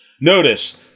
Notice